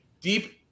deep